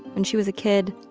when she was a kid,